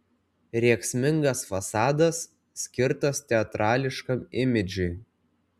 rėksmingas fasadas skirtas teatrališkam imidžui